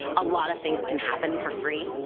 a lot of things can happen for free.